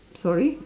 sorry